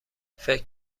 فکر